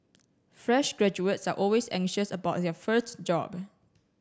fresh graduates are always anxious about their first job